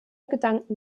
gedanken